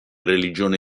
religione